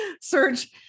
Serge